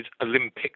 Olympic